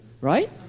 right